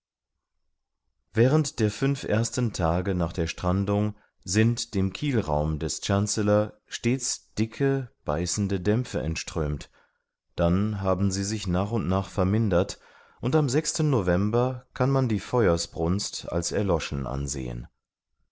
während der fünf ersten tage nach der strandung sind dem kielraum des chancellor stets dicke beißende dämpfe entströmt dann haben sie sich nach und nach vermindert und am november kann man die feuersbrunst als erloschen ansehen